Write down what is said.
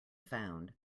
found